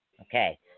okay